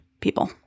people